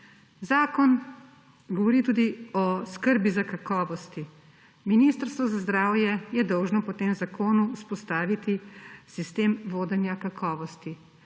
Zakon govori tudi o skrbi za kakovost. Ministrstvo za zdravje je dolžno po tem zakonu vzpostaviti sistem vodenja kakovosti.